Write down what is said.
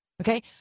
Okay